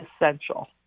essential